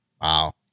Wow